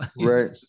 right